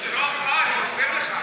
זו לא הפרעה, אני עוזר לך.